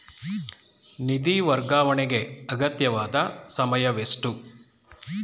ನಿಧಿ ವರ್ಗಾವಣೆಗೆ ಅಗತ್ಯವಾದ ಸಮಯವೆಷ್ಟು?